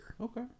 Okay